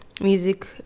music